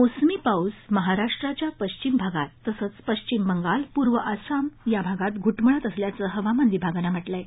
मोसमी पाऊस महाराष्ट्राच्या पश्चिम भागात तसंच पश्चिम बंगाल पूर्व आसाम भागात घूटमळत असल्याचं हवामान विभागानं म्हटलं आहे